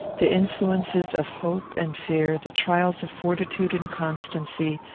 the influences of hope and fear, the trials of fortitude and constancy,